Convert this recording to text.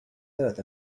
earth